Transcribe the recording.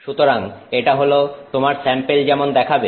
সুতরাং এটা হলো তোমার স্যাম্পেল যেমন দেখাবে